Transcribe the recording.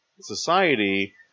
society